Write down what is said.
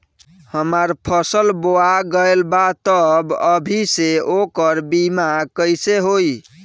हमार फसल बोवा गएल बा तब अभी से ओकर बीमा कइसे होई?